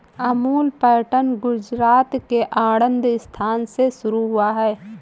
Amul pattern Gujarat के आणंद स्थान से शुरू हुआ है